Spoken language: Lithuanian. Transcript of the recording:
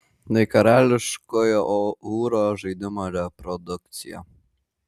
tai karališkojo ūro žaidimo reprodukcija